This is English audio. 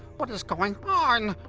what is going on?